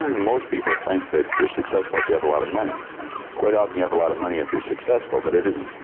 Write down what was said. most people think that your successful if you have a lot of money quite often, you have a lot of money if you're successful, but it isn't,